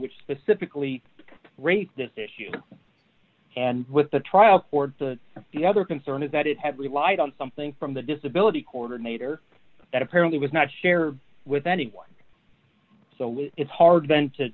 which specifically rate this issue and with the trial the other concern is that it had relied on something from the disability coordinator that apparently was not shared with anyone so it's hard t